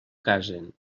casen